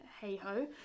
hey-ho